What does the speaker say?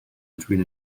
between